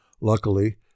Luckily